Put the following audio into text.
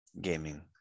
gaming